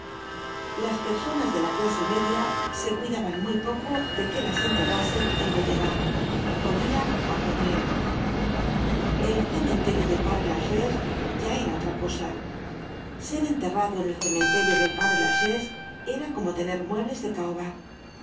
las personas de la clase media se cuidaban muy poco de que las enterrasen en vaugirard olia á pobre el cementerio del padre lachaise ya era otra cosa ser enterrado en el cementerio del padre lachaise era como tener muebles de caoba en